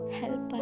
help